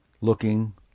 looking